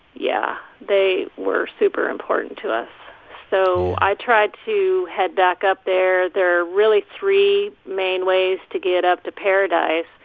yeah. they were super important to us yeah so i tried to head back up there. there are really three main ways to get up to paradise,